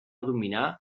dominar